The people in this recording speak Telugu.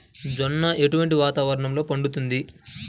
జొన్న ఎటువంటి వాతావరణంలో పండుతుంది?